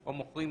או מוכרים,